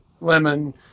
lemon